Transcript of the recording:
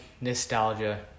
nostalgia